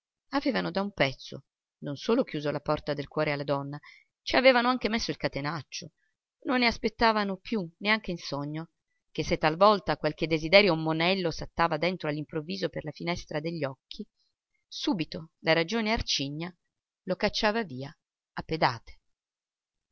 avevano da un pezzo non solo chiuso la porta del cuore alla donna ci avevano anche messo il catenaccio non ne aspettavano più neanche in sogno che se talvolta qualche desiderio monello saltava dentro all'improvviso per la finestra degli occhi subito la ragione arcigna lo cacciava via a pedate